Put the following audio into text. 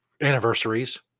Anniversaries